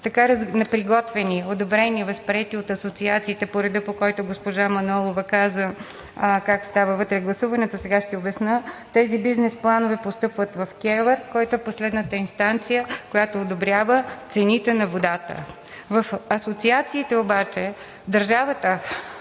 така приготвени, одобрени и възприети от асоциациите по реда, по който госпожа Манолова каза как става вътре гласуването, сега ще обясня. Тези бизнес планове постъпват в КЕВР, която е последната инстанция, която одобрява цените на водата. В асоциациите обаче държавата,